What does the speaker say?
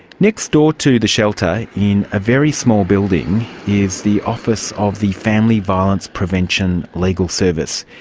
next door to the shelter in a very small building is the office of the family violence prevention legal service.